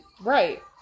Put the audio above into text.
Right